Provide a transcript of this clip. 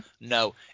no